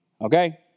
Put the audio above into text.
Okay